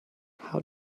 how